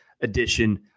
edition